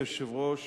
אדוני היושב-ראש,